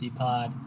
pod